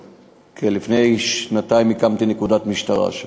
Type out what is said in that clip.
שלפני שנתיים הקמתי נקודת משטרה שם,